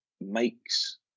makes